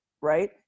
Right